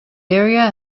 area